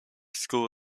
school